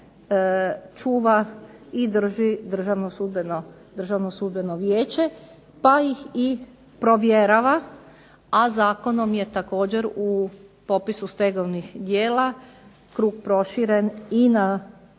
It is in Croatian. čuva i drži Državno sudbeno vijeće, pa ih i provjerava, a zakonom je također u popisu stegovnih djela krug proširen i na